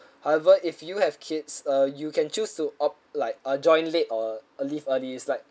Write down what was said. however if you have kids uh you can choose to opt like uh join late or leave early it's like